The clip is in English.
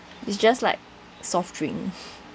it's just like soft drink